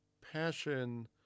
passion